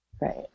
Right